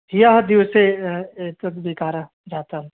ह्यः दिवसे एतद् विकारः जातः